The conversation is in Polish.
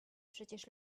przecież